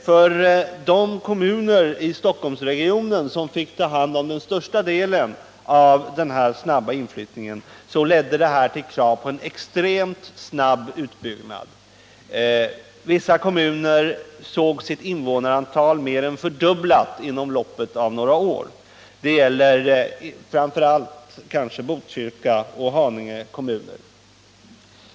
För de kommuner i Stockholmsregionen som fick ta hand om den största delen av de inflyttade ledde detta till krav på en extremt snabb utbyggnad. Vissa kommuner fick sitt invånarantal mer än fördubblat under loppet av några år, kanske framför allt Botkyrka och Haninge kommuner.